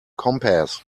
compass